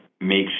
make